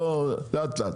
לאט לאט.